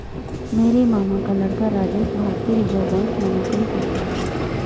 मेरे मामा का लड़का राजेश भारतीय रिजर्व बैंक में नौकरी करता है